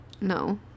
No